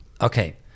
Okay